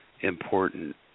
important